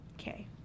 okay